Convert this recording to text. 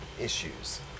issues